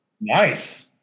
Nice